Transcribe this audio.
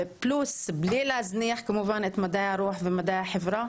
בלי להזניח כמובן את מדעי הרוח ומדעי החברה,